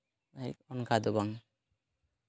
ᱚᱱᱠᱟ ᱫᱚ ᱵᱟᱝ